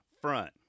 front